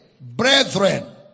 Brethren